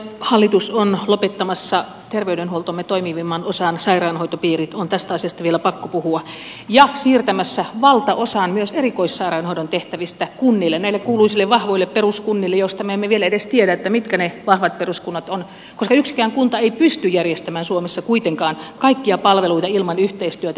hallitus on lopettamassa terveydenhuoltomme toimivimman osan sairaanhoitopiirit on tästä asiasta vielä pakko puhua ja siirtämässä valtaosan myös erikoissairaanhoidon tehtävistä kunnille näille kuuluisille vahvoille peruskunnille joista me emme vielä edes tiedä mitkä ne vahvat peruskunnat ovat koska yksikään kunta ei pysty järjestämään suomessa kuitenkaan kaikkia palveluita ilman yhteistyötä ilman valtionosuuksia